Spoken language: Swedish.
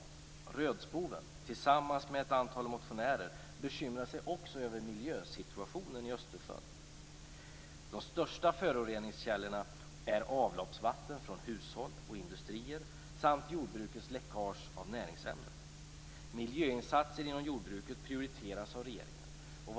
Rödspoven, tillsammans med ett antal motionärer, bekymrar sig också över miljösituationen i Östersjön. De största föroreningskällorna är avloppsvatten från hushåll och industrier samt jordbrukets läckage av näringsämnen. Miljöinsatser inom jordbruket prioriteras av regeringen.